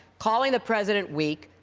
calling the president weak,